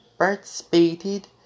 Participated